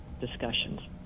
discussions